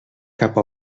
cap